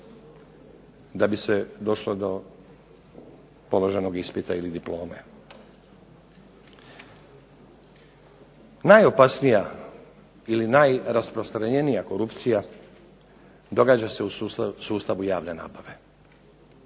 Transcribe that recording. da bi se došlo do položenog ispita ili diplome. Najopasnija ili najrasprostranjenija korupcija događa se u sustavu javne nabave.